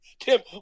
Tim